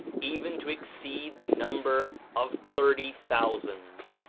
even to exceed the number of thirty thousand.